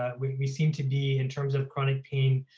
ah we we seem to be in terms of chronic pain